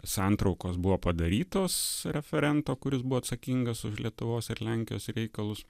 santraukos buvo padarytos referento kuris buvo atsakingas už lietuvos ir lenkijos reikalus